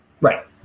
right